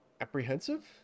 Apprehensive